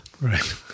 Right